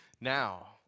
Now